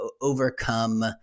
overcome